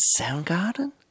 Soundgarden